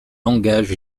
engage